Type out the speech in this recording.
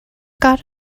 got